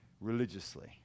religiously